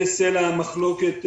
זה סלע המחלוקת,